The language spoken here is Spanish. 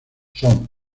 son